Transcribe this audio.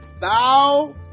thou